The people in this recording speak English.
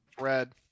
Red